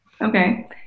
Okay